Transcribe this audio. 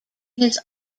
his